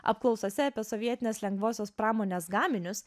apklausose apie sovietinės lengvosios pramonės gaminius